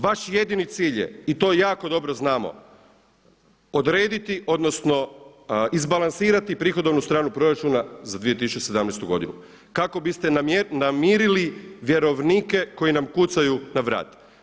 Vaš jedini cilj je i to jako dobro znamo – odrediti, odnosno izbalansirati prihodovnu stranu proračuna za 2017. godinu kako biste namirili vjerovnike koji nam kucaju na vrata!